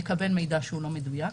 יקבל מידע שהוא לא מדויק,